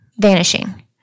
vanishing